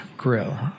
grill